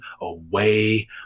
away